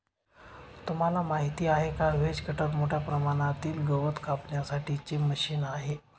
तुम्हाला माहिती आहे का? व्हेज कटर मोठ्या प्रमाणातील गवत कापण्यासाठी चे मशीन आहे